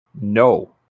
no